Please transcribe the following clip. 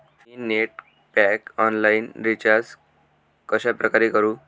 मी net pack online recharge कशाप्रकारे करु?